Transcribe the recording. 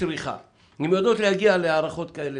אנחנו לא רוצים להגיע לשם.